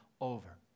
over